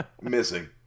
missing